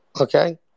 Okay